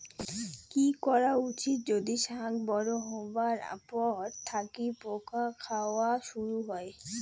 কি করা উচিৎ যদি শাক বড়ো হবার পর থাকি পোকা খাওয়া শুরু হয়?